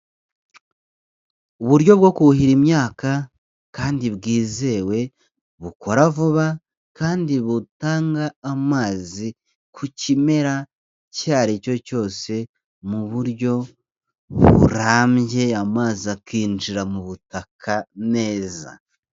Uburyo bwo kuhira imyaka kandi bwizewe bukora vuba kandi butanga amazi ku kimera icyo aricyo cyose mu buryo burambye amazi akinjira mu butaka neza.